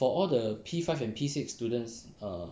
for all the P five and P six students err